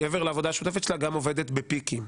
מעבר לעבודה השוטפת שלה, גם עובדת בפיקים.